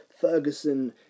Ferguson